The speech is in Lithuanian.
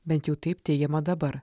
bent jau taip teigiama dabar